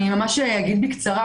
אני אגיד בקצרה,